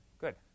good